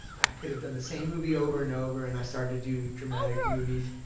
i could have done the same movie over and over and i started to do dramatic movies.